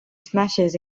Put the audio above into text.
smashes